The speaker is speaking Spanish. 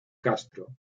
castro